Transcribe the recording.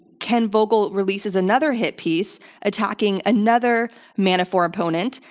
ken vogel releases another hit piece attacking another manafort opponent.